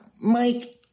Mike